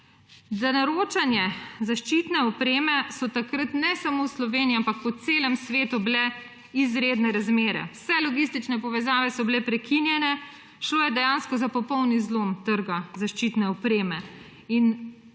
Za naročanje zaščitne opreme so takrat ne samo v Sloveniji, ampak po celem svetu bile izredne razmere, vse logistične povezave so bile prekinjene, šlo je dejansko za popolni zlom trga zaščitne opreme.